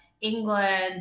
England